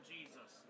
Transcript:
Jesus